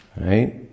Right